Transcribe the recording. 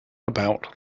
about